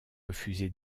refusé